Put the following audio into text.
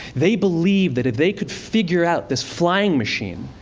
they believed that if they could figure out this flying machine,